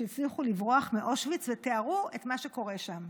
שהצליחו לברוח מאושוויץ ותיארו את מה שקורה שם.